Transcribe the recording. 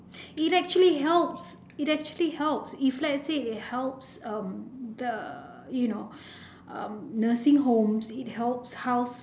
it actually helps it actually helps if let's say they helps the you know um nursing homes it helps houses